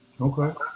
Okay